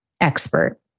expert